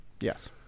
Yes